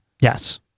Yes